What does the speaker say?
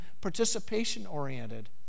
participation-oriented